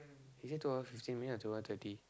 is it two hour fifteen minute or two hour thirty